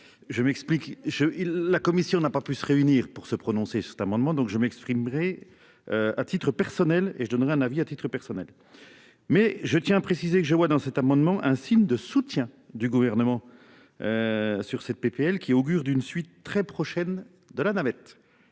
Je m'explique, je la commission n'a pas pu se réunir pour se prononcer cet amendement donc je m'exprimerai. À titre personnel et je donnerai un avis à titre personnel. Mais je tiens à préciser que je vois dans cet amendement, un signe de soutien du gouvernement. Sur cette PPL qui augure d'une suite très prochaine de la navette.